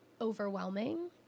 overwhelming